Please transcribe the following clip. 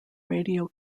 radio